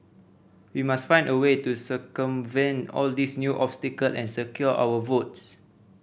we must find a way to circumvent all these new obstacle and secure our votes